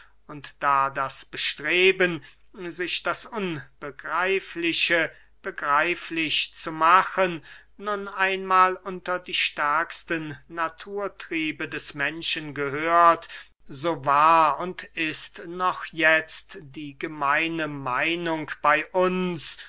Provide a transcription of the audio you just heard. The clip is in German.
und da das bestreben sich das unbegreifliche begreiflich zu machen nun einmahl unter die stärksten naturtriebe des menschen gehört so war und ist noch jetzt die gemeine meinung bey uns